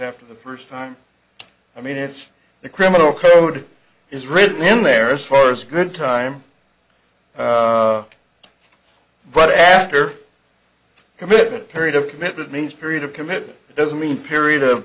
after the first time i mean it's the criminal code is written in there as far as good time but after committed period of committed means period of commit it doesn't mean period of